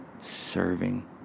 serving